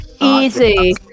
Easy